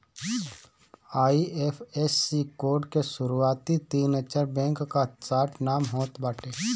IFSC code के शुरूआती तीन अक्षर बैंक कअ शार्ट नाम होत बाटे